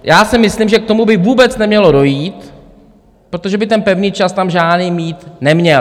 Já si myslím, že k tomu by vůbec nemělo dojít, protože by ten pevný čas tam žádný být neměl.